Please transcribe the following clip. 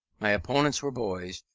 my opponents were boys,